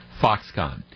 Foxconn